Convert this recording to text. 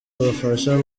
ubufasha